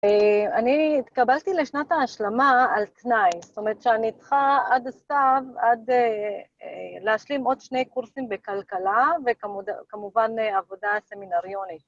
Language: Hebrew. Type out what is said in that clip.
אני התקבלתי לשנת ההשלמה על תנאי, זאת אומרת שאני צריכה עד הסתיו, עד להשלים עוד שני קורסים בכלכלה וכמובן עבודה סמינריונית.